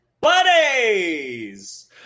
Buddies